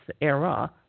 era